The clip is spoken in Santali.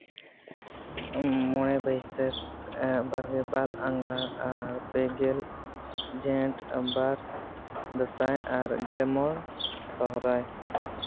ᱢᱚᱬᱮ ᱵᱟᱹᱭᱥᱟᱹᱠᱷ ᱵᱟᱜᱮ ᱵᱟᱨ ᱟᱸᱜᱷᱟᱲ ᱟᱨ ᱯᱮᱜᱮᱞ ᱡᱷᱮᱸᱴ ᱵᱟᱨ ᱫᱟᱸᱥᱟᱭ ᱟᱨ ᱜᱮ ᱢᱚᱲ ᱥᱚᱦᱚᱨᱟᱭ